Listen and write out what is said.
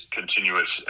continuous